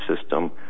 system